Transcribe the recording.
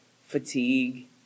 fatigue